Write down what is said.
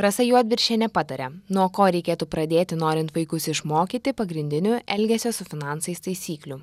rasa juodviršienė pataria nuo ko reikėtų pradėti norint vaikus išmokyti pagrindinių elgesio su finansais taisyklių